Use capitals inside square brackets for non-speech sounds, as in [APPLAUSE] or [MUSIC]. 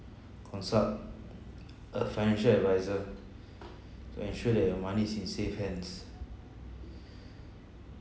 consult a financial advisor to ensure that your money is in safe hands [BREATH]